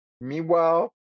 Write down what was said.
Meanwhile